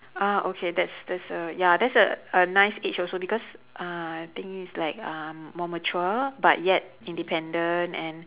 uh okay that's that's a ya that's a a nice age also because uh I think is like uh more mature but yet independent and